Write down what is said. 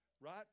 right